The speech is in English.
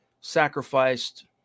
sacrificed